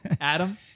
Adam